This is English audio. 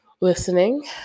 listening